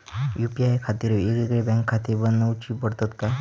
UPI खातीर येगयेगळे बँकखाते बनऊची पडतात काय?